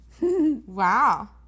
wow